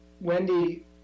wendy